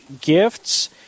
gifts